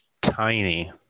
tiny